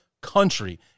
country